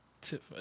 tip